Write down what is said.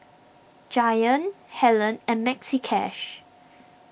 Giant Helen and Maxi Cash